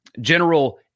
general